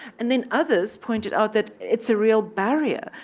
and then others pointed out that it's a real barrier.